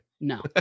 No